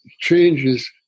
changes